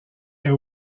est